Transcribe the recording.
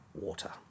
water